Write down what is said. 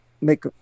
make